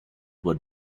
were